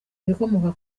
ibikomoka